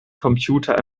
computer